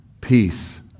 Peace